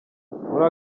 muri